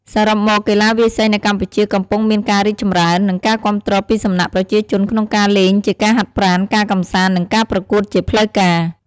សរុបមក កីឡាវាយសីនៅកម្ពុជាកំពុងមានការរីកចម្រើន និងការគាំទ្រពីសំណាក់ប្រជាជនក្នុងការលេងជាការហាត់ប្រាណ ការកំសាន្ត និងការប្រកួតជាផ្លូវការ។